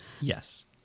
Yes